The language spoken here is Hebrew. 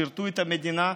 שירתו את המדינה,